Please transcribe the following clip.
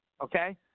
okay